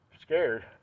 scared